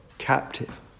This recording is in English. captive